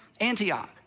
Antioch